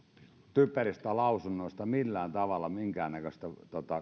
typeristä lausunnoista millään tavalla minkäännäköistä